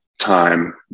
time